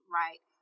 right